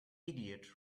idiot